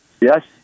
Yes